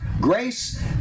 grace